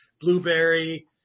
blueberry